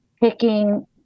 picking